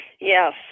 Yes